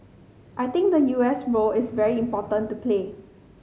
I think the U S role is very important to play